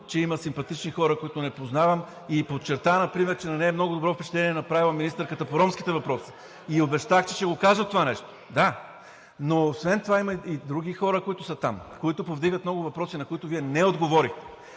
че има симпатични хора, които не познавам и подчерта например, че на нея много добро впечатление ѝ е направила министърката по ромските въпроси и ѝ обещах, че ще го кажа това нещо, да. Но освен това има и други хора, които са там, които повдигат много въпроси, на които Вие не отговорихте.